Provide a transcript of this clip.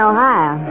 Ohio